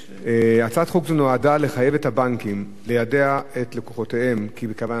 הצעת חוק זו נועדה לחייב את הבנקים ליידע את לקוחותיהם כי בכוונתם